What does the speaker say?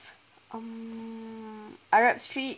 um arab street